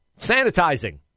sanitizing